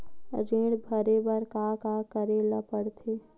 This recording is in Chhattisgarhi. ऋण भरे बर का का करे ला परथे?